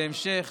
בהמשך,